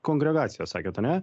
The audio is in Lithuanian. kongregacijos sakėt ane